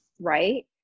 right